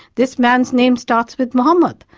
this man's name starts with mohammed,